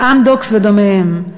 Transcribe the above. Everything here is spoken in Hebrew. "אמדוקס" ודומות להן,